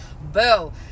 boo